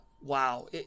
wow